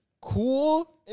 cool